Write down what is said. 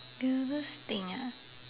weirdest thing ah